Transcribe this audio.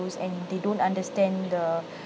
and they don't understand the